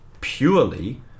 purely